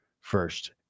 first